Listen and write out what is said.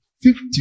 fifty